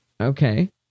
Okay